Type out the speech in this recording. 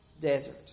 desert